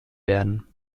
werden